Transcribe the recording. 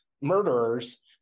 murderers